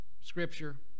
Scripture